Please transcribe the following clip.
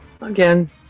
Again